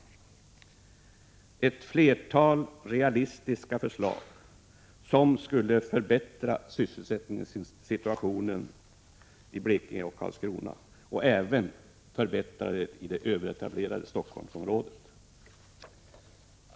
Detta är ett flertal realistiska förslag som skulle förbättra sysselsättningssituationen i Karlskrona och även i det överetablerade Stockholmsområdet.